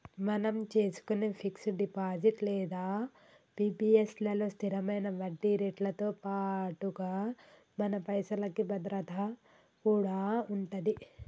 మనం చేసుకునే fix deposit లేదా పి.పి.ఎస్ లలో స్థిరమైన వడ్డీరేట్లతో పాటుగా మన పైసలకి భద్రత కూడా ఉంటది